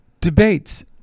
debates